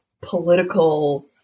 political